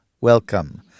welcome